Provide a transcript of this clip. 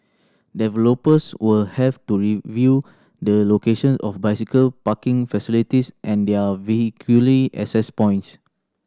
developers will have to review the location of bicycle parking facilities and their vehicular access point